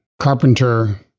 carpenter